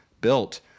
built